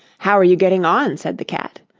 how are you getting on said the cat,